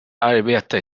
arbete